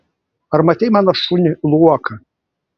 ar matei mano šunį luoką